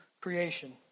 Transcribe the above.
creation